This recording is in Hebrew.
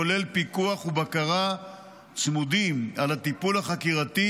כולל פיקוח ובקרה צמודים על הטיפול החקירתי,